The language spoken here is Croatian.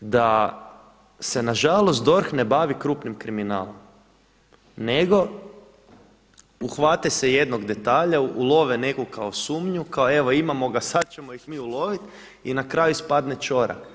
Da se nažalost DORH ne bavi krupnim kriminalom nego uhvate se jednog detalja, ulove nekog kao sumnju, kao evo imamo ga, sad ćemo ih mi uloviti i na kraju ispadne ćorak.